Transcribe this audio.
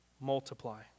multiply